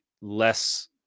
less